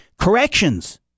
corrections